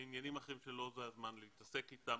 זה עניינים אחרים שלא זה הזמן להתעסק איתם,